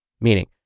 Meaning